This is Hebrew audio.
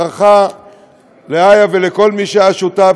ברכה לאיה ולכל מי שהיה שותף,